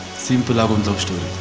simple love and story.